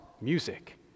music